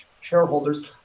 shareholders